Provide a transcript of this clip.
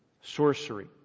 Sorcery